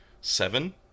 seven